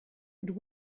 but